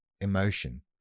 emotion